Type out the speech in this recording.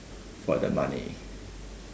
for the money